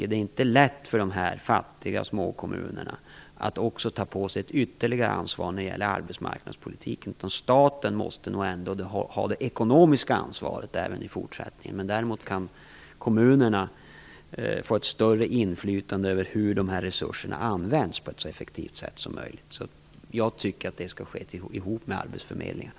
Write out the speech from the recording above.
Det är inte lätt för de fattiga småkommunerna att ta på sig ett ytterligare ansvar när det gäller arbetsmarknadspolitiken, utan staten måste ha det ekonomiska ansvaret även i fortsättningen. Däremot kan kommunerna få ett större inflytande över resurserna, så att de används på ett så effektivt sätt som möjligt. Jag tycker att de skall göra detta tillsammans med arbetsförmedlingarna.